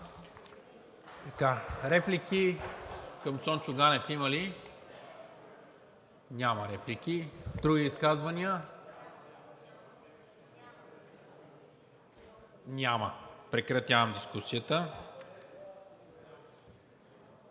Реплики към Цончо Ганев има ли? Няма. Други изказвания? Няма. Прекратявам дискусията.